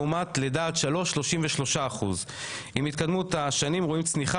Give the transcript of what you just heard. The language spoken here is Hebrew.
לעומת לידה עד שלוש שזה 33%. עם התקדמות השנים רואים צניחה